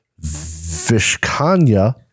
Vishkanya